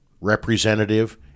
representative